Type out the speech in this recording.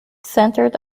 centered